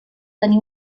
tenir